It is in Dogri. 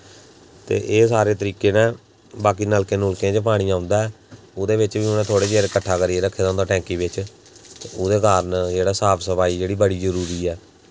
ते एह् सारे तरीके न बाकी नलकें नुलकें च पानी औंदा ऐ ओह्दै बिच्च बी उ'नें थोह्ड़ै चिर कट्ठा करियै रक्खे दे होंदा टैंकी बिच्च उदै कारण जेह्ड़ा साफ सफाई जेह्ड़ी बड़ी जरूरी ऐ